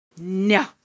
no